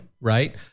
Right